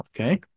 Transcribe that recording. okay